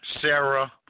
Sarah